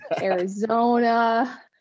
Arizona